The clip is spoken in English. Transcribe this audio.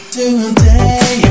Today